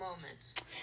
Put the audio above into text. moments